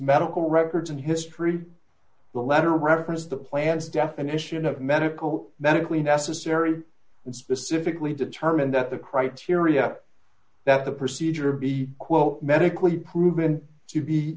medical records and history the letter referenced the plans definition of medical medically necessary and specifically determined that the criteria that the procedure be quote medically proven to be